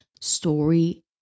story